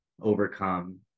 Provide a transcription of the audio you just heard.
overcome